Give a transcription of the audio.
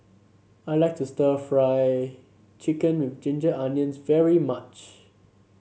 I like to stir Fry Chicken with Ginger Onions very much